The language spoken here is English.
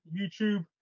YouTube